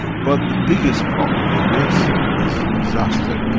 but the biggest problem in this, is disaster.